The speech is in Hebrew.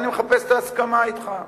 אני מחפש את ההסכמה אתך.